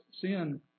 sin